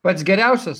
pats geriausias